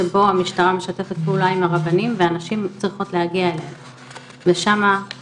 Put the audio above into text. שבו המשטרה משתפת פעולה עם הרבנים והנשים צריכות להגיע אליהם ושמה.